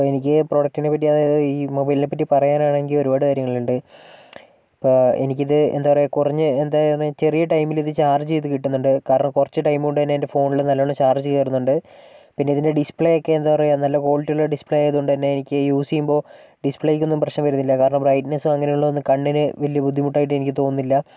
ഇപ്പോൾ എനിക്ക് പ്രൊഡക്റ്റിനെ പറ്റി അതായത് ഈ മൊബൈലിനെ പറ്റി പറയുവാനാണെങ്കിൽ ഒരുപാട് കാര്യങ്ങളുണ്ട് ഇപ്പോൾ എനിക്കിത് എന്താ പറയുക കുറഞ്ഞ് എന്താ ചെറിയ ടൈമിലിത് ചാർജെയ്ത് കിട്ടുന്നുണ്ട് കാരണം കുറച്ച് ടൈമ് കൊണ്ട് തന്നെ എൻ്റെ ഫോണില് നല്ലോണം ചാർജ് കയറുന്നുണ്ട് പിന്നെ ഇതിൻ്റെ ഡിസ്പ്ലേയൊക്കെ എന്താ പറയുക നല്ല ക്വാളിറ്റി ഉള്ള ഡിസ്പ്ലേയ് ആയത് കൊണ്ട് തന്നെ എനിക്ക് യൂസ് ചെയ്യുമ്പോൾ ഡിസ്പ്ലേയ്ക്കൊന്നും പ്രശ്നം വരുന്നില്ല കാരണം ബ്രൈറ്റ്നസ്സും അങ്ങനെയുള്ളതൊന്നും കണ്ണിന് വലിയ ബുദ്ധിമുട്ടായിട്ട് എനിക്ക് തോന്നുന്നില്ല